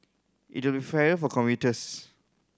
it will fairer for commuters